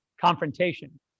confrontation